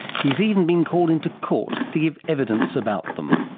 he has even been called into court to give evidence about them.